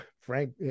Frank